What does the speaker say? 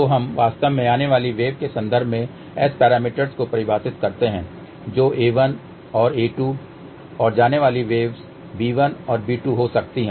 तो हम वास्तव में आने वाली वेव के संदर्भ में S पैरामीटर्स को परिभाषित करते हैं जो a1 और a2 और जाने वाली वेव b1 और b2 हो सकती हैं